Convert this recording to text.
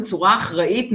בצורה אחראית,